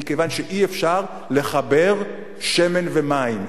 מכיוון שאי-אפשר לחבר שמן ומים,